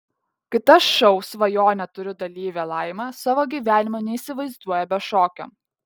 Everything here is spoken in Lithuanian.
kita šou svajonę turiu dalyvė laima savo gyvenimo neįsivaizduoja be šokio